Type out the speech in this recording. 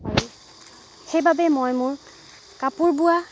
সেইবাবে মই মোৰ কাপোৰ বোৱা